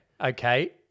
Okay